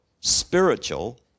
spiritual